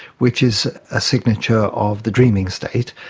which is a signature of the dreaming state,